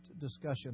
discussion